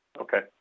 Okay